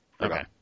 Okay